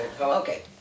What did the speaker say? okay